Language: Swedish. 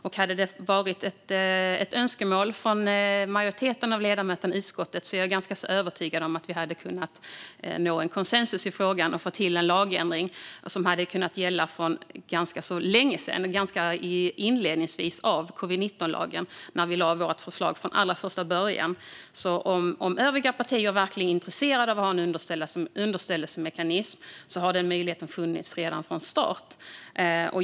Om det hade varit ett önskemål från majoriteten av ledamöterna i utskottet är jag ganska övertygad om att vi hade kunnat nå konsensus i frågan och fått till en lagändring som hade kunnat börja gälla för ganska länge sedan. Den hade kunnat vara med inledningsvis i covid-19-lagen, när vi lade fram vårt förslag från allra första början. Om övriga partier verkligen är intresserade av att ha en underställandemekanism kan jag säga att den möjligheten alltså har funnits redan från start.